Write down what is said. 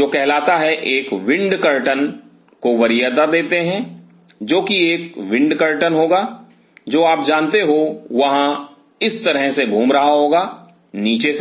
जो कहलाता है एक विंड कर्टन को वरीयता देते हैं जो कि एक विंड कर्टन होगा जो आप जानते हो वहां इस तरह से घूम रहा होगा नीचे से